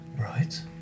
Right